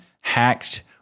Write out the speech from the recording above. hacked